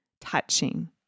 touching